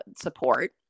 support